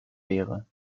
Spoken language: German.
wäre